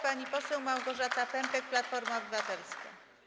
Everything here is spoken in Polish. Pani poseł Małgorzata Pępek, Platforma Obywatelska.